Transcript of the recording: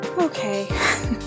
Okay